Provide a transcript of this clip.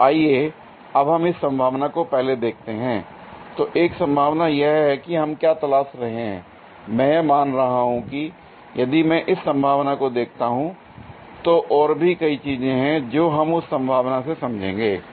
तो आइए अब हम इस संभावना को पहले देखते हैं l तो एक संभावना यह है कि हम क्या तलाश रहे हैं l मैं यह मान रहा हूं कि यदि मैं इस संभावना को देखता हूं तो और भी कई चीजें हैं जो हम उस संभावना से समझेंगे